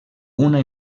una